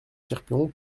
cherpion